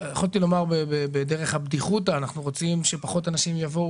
יכולתי לומר בדרך הבדיחותא: אנחנו רוצים שפחות אנשים יבואו